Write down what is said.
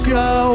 go